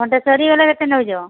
ଘଣ୍ଟେଶ୍ୱରୀ ଗଲେ କେତେ ନେଉଛ